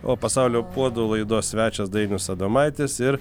o pasaulio puodų laidos svečias dainius adomaitis ir